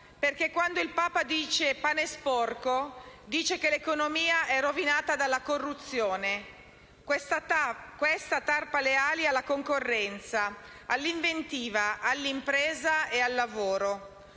perché quando il Papa dice «pane sporco» dice che l'economia è rovinata dalla corruzione; questa tarpa le ali alla concorrenza, all'inventiva, all'impresa e al lavoro.